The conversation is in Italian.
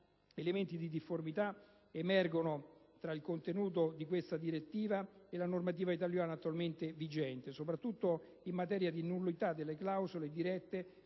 elementi di difformità emergono tra il contenuto della direttiva n. 104 del 2008 e la normativa italiana attualmente vigente, soprattutto in materia di nullità delle clausole dirette